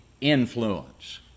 influence